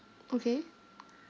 okay